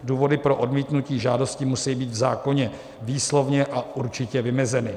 Důvody pro odmítnutí žádosti musejí být v zákoně výslovně a určitě vymezeny.